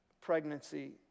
pregnancy